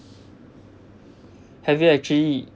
have you actually